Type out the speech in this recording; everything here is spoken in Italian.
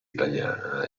italiana